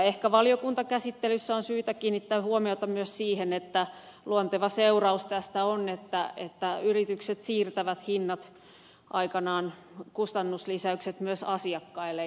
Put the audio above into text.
ehkä valiokuntakäsittelyssä on syytä kiinnittää huomiota myös siihen että luonteva seuraus tästä on että yritykset siirtävät kustannuslisäykset aikanaan myös asiakkaille